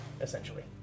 essentially